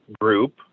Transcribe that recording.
group